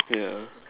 ya